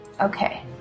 Okay